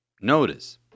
Notice